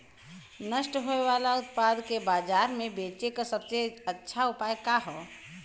नष्ट होवे वाले उतपाद के बाजार में बेचे क सबसे अच्छा उपाय का हो?